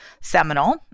seminal